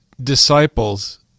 disciples